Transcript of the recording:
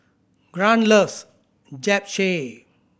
Grant loves Japchae